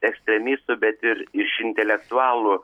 ekstremistų bet ir iš intelektualų